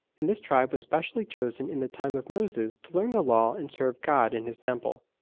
and this tribe was specially chosen in the time of moses to learn the law and serve god in his temple.